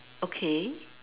okay